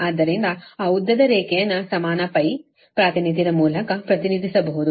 ಆದ್ದರಿಂದ ಆ ಉದ್ದದ ರೇಖೆಯನ್ನು ಸಮಾನ π ಪ್ರಾತಿನಿಧ್ಯದ ಮೂಲಕ ಪ್ರತಿನಿಧಿಸಬಹುದು